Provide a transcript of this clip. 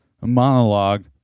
monologue